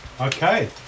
okay